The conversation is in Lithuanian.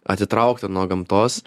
atitraukta nuo gamtos